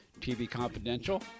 tvconfidential